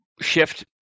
shift